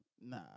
Nah